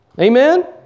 Amen